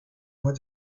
mois